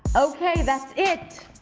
okay, that's it.